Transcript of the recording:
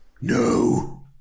no